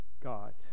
God